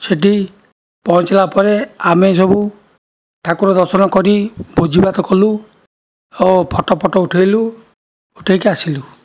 ସେଟି ପହଁଛିଲା ପରେ ଆମେ ସବୁ ଠାକୁର ଦର୍ଶନକରି ଭୋଜିଭାତ କଲୁ ଓ ଫଟୋ ଫଟୋ ଉଠାଇଲୁ ଉଠାଇକି ଆସିଲୁ